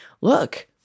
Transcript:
look